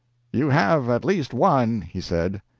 you have at least one, he said.